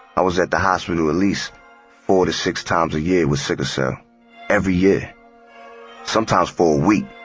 i was at the hospital at least four to six times a year with sickle cell every year sometimes for a week,